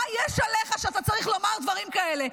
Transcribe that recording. מה יש עליך שאתה צריך לומר דברים כאלה?